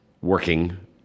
working